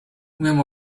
umiem